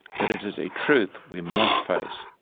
but it is a truth we must face.